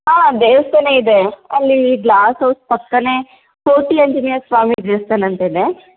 ಆಂ ದೇವಸ್ಥಾನ ಇದೆ ಅಲ್ಲಿ ಗ್ಲಾಸ್ ಹೌಸ್ ಪಕ್ಕನೇ ಕೋಟೆ ಆಂಜನೇಯ ಸ್ವಾಮಿ ದೇವಸ್ಥಾನ ಅಂತ ಇದೆ